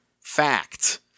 fact